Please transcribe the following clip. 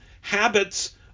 Habits